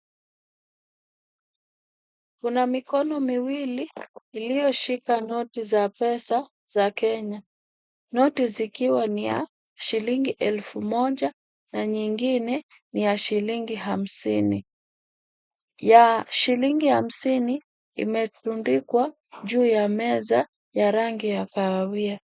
Kuna mikono miwili iliyoshika noti za pesa za Kenya. Noti zikiwa ni ya shilingi elfu moja na nyingine ni ya shilingi hamsini, ya shilingi hamsini imetundikwa juu ya meza ya rangi ya kahawia.